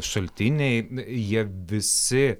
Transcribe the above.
šaltiniai jie visi